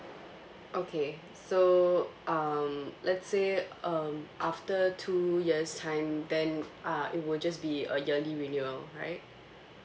okay so um let's say um after two years time then uh it would just be a yearly renewal right